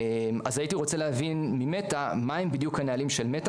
אז הייתי רוצה להבין מ"מטא" מה הם בדיוק הנהלים של "מטא",